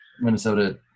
Minnesota